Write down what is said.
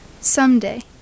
Someday